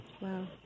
Wow